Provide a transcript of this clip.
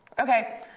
Okay